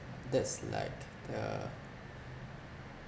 that's like the